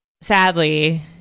sadly